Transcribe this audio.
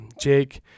Jake